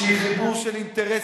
שהיא חיבור של אינטרסים.